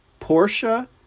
Porsche